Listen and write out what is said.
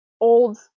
old